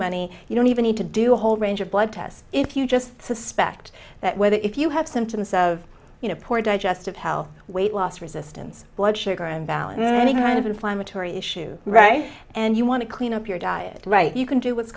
money you don't even need to do a whole range of blood tests if you just suspect that whether if you have symptoms of you know poor digestive health weight loss resistance blood sugar and balance any kind of inflammatory issue right and you want to clean up your diet right you can do what's